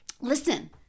Listen